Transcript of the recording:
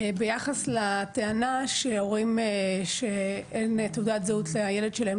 ביחס לטענה שהורים שאין תעודת זהות לילד שלהם,